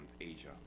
Asia